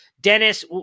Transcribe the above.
Dennis